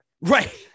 Right